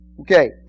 Okay